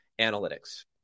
analytics